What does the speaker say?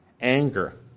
anger